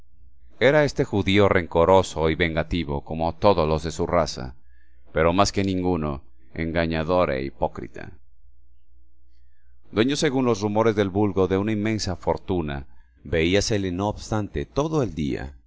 era este judío rencoroso y vengativo como todos los de su raza pero más que ninguno engañador e hipócrita dueño según los rumores del vulgo de una inmensa fortuna veíasele no obstante todo el día